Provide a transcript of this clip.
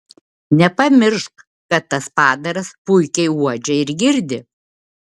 nepamiršk kad tas padaras puikiai uodžia ir girdi